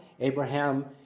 Abraham